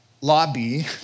lobby